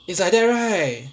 it's like that right